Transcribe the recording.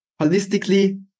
holistically